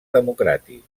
democràtic